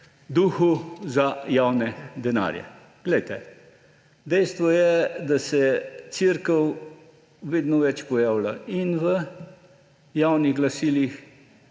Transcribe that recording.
duhu za javne denarje. Dejstvo je, da se Cerkev vedno več pojavlja v javnih glasilih,